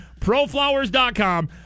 proflowers.com